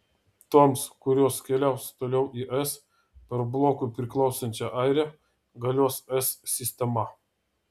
toms kurios keliaus toliau į es per blokui priklausančią airiją galios es sistema